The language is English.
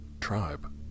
tribe